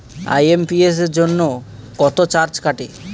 IMPS জন্য কত charge কাটে?